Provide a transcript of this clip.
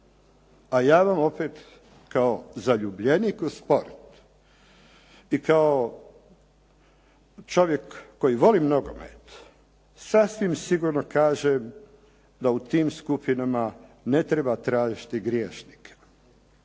a ja vam opet kao zaljubljenik u sport i čovjek koji voli nogomet, sasvim sigurno kažem da u tim skupinama ne treba tražiti grješnike.